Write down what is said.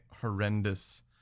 horrendous